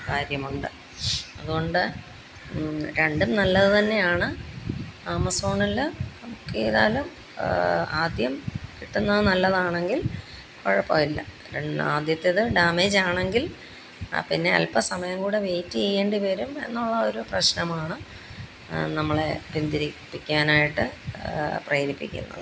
കാര്യമുണ്ട് അതുകൊണ്ട് രണ്ടും നല്ലതുതന്നെയാണ് ആമസോണില് ബുക്ക് ചെയ്താലും ആദ്യം കിട്ടുന്നത് നല്ലതാണെങ്കിൽ കുഴപ്പമില്ല രണ് ആദ്യത്തേത് ഡാമേജ് ആണെങ്കിൽ പിന്നെ അൽപ്പ സമയംകൂടെ വെയ്റ്റ് ചെയ്യേണ്ടിവരും എന്നുള്ളത് ഒരു പ്രശ്നമാണ് നമ്മളെ പിൻതിരിപ്പിക്കാനായിട്ട് പ്രേരിപ്പിക്കുന്നത്